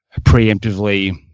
preemptively